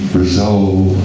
resolve